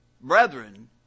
brethren